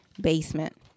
basement